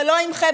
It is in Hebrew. ולא ימחה,